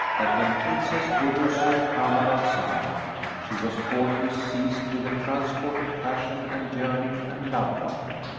that when princess budur saw kamar al-zaman she was forthwith seized with a transport of passion and yearning and love longing,